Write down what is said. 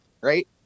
Right